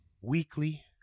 weekly